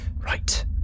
Right